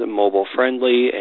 mobile-friendly